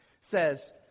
says